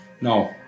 No